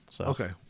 Okay